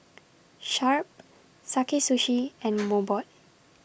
Sharp Sakae Sushi and Mobot